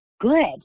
good